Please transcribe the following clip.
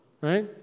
right